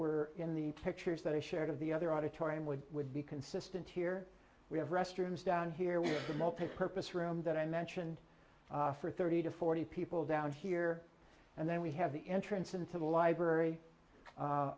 were in the pictures that i shared of the other auditorium would would be consistent here we have restrooms down here with the multipurpose room that i mentioned for thirty to forty people down here and then we have the entrance into the library